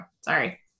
Sorry